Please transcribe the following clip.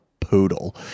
poodle